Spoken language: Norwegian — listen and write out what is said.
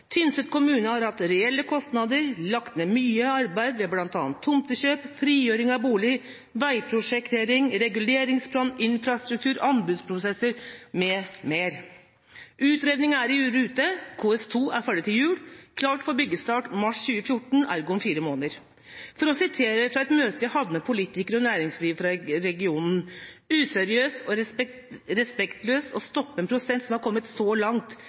Tynset kommune har hatt reelle kostnader, lagt ned mye arbeid ved bl.a. tomtekjøp, frigjøring av bolig, veiprosjektering, reguleringsplan, infrastruktur, anbudsprosesser m.m. Utredninger er i rute. KS2 er ferdig til jul. Det er klart for byggestart mars 2014, ergo om fire måneder. For å sitere fra et møte jeg hadde med politikere og næringslivet fra regionen: «Useriøst og respektløst å stoppe en prosess som har kommet så langt.